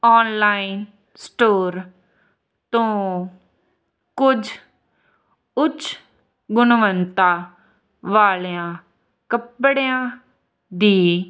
online store ਤੋਂ ਕੁਝ ਉੱਚ ਗੁਣਵਤਾ ਵਾਲਿਆਂ ਕੱਪੜਿਆਂ ਦੀ